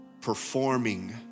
performing